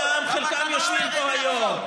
לכן הם חיים בשלום ובשלווה עם החוק